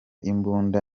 imbunda